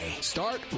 Start